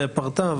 לגבי הפרטה,